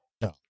No